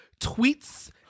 tweets